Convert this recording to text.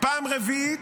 פעם רביעית,